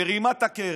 מרימה את הקרן,